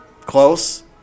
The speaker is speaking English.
close